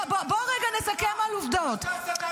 בוא רגע נסכם על עובדות.